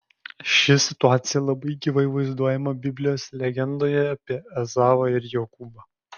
ši situacija labai gyvai vaizduojama biblijos legendoje apie ezavą ir jokūbą